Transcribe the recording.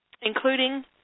including